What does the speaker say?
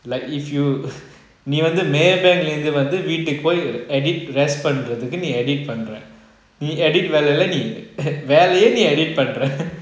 like if you நீ வந்து வீட்டுக்கு பொய்:nee vanthu veetuku poi edit rest பண்றதுக்கு நீ:panrathuku nee edit நீ:nee edit வேலைல:velaila வேலையே நீ:velaiyae nee edit பண்ற:panra